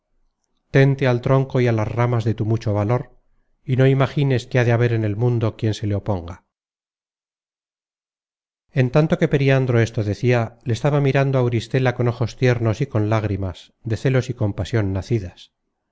al tronco y á las ramas de tu mucho valor y no imagines que ha de haber en el mundo quien se le oponga content from google book search generated at en tanto que periandro esto decia le estaba mirando auristela con ojos tiernos y con lágrimas de celos y compasion nacidas